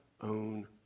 own